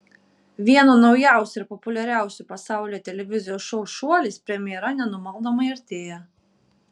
vieno naujausių ir populiariausių pasaulyje televizijos šou šuolis premjera nenumaldomai artėja